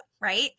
Right